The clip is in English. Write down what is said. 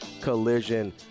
Collision